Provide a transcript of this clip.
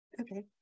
Okay